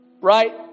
right